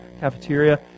cafeteria